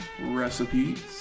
recipes